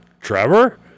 Trevor